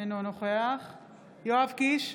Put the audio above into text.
אינו נוכח יואב קיש,